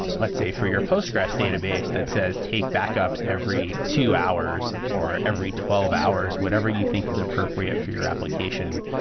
let's say, for your postgres database that says take backups every two hours or every twelve hours, whatever you think is appropriate for your application,